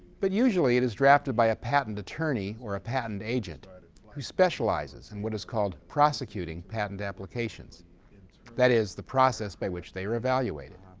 but usually it is drafted by a patent attorney or a patent agent who specializes in what is called prosecuting patent applications and that is, the process by which they are evaluated.